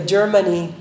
Germany